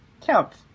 Counts